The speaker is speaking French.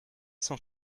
sans